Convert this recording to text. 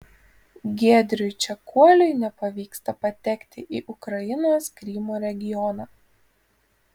giedriui čekuoliui nepavyksta patekti į ukrainos krymo regioną